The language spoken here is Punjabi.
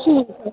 ਠੀਕ ਹੈ